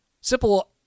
Simple